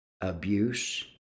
abuse